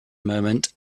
moment